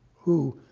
who?